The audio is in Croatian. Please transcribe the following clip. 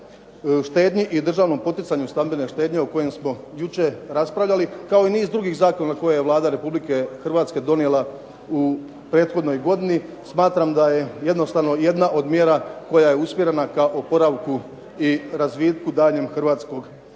štednji i državnom poticanju stambene štednje o kojem smo jučer raspravljali kao i niz drugih zakona koje je Vlada Republike Hrvatske donijela u prethodnoj godini, smatram da je jednostavno jedna od mjera koja je usmjerena ka oporavku i razvitku daljnjem hrvatskog gospodarstva.